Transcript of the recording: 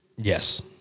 yes